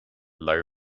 low